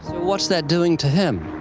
what's that doing to him?